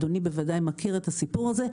אדוני בוודאי מכיר את הסיפור הזה.